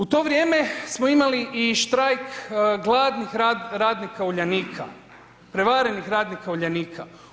U to vrijeme smo imali i štrajk gladnih radnika Uljanika, prevarenih radnika Uljanika.